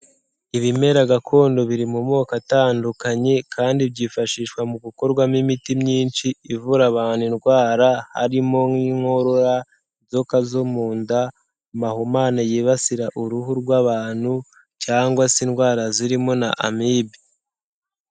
Ibimera gakondo biri mu moko atandukanye kandi byifashishwa mu gukorwamo imiti myinshi, ivura abantu indwara, harimo nk'inkorora, inzoka zo mu nda, amahumane yibasira uruhu rw'abantu cyangwa se indwara zirimo na amibe.